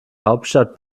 hauptstadt